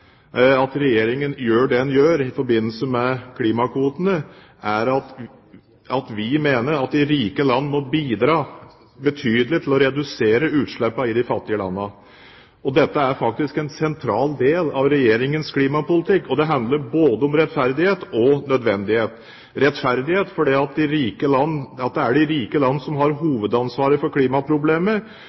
at Regjeringen gjør det den gjør i forbindelse med klimakvotene, er at vi mener at de rike landene må bidra betydelig til å redusere utslippene i de fattige landene. Dette er faktisk en sentral del av Regjeringens klimapolitikk. Det handler både om rettferdighet og nødvendighet – rettferdighet fordi det er de rike land som har hovedansvaret for klimaproblemet,